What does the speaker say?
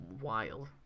wild